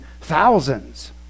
thousands